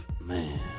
Man